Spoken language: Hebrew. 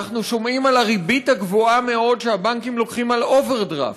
אנחנו שומעים על הריבית הגבוהה מאוד שהבנקים לוקחים על אוברדרפט.